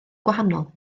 gwahanol